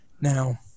Now